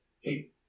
hey